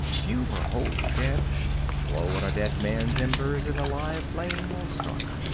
few are wholly dead blow on a dead man's embers and a live flame will start.